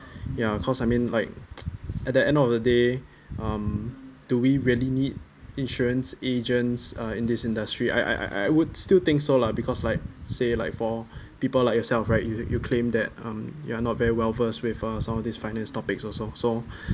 ya cause I mean like at the end of the day um do we really need insurance agents uh in this industry I I I I would still think so lah because like say like for people like yourself right you you claim that um you are not very well versed with uh some of these finance topics also so